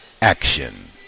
action